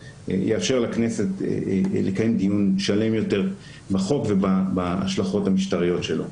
לכנסת לקיים דיון שלם יותר בחוק ובהשלכות המשטריות שלו.